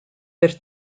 per